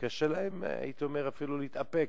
וקשה להם, הייתי אומר אפילו, להתאפק.